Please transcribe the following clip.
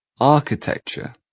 architecture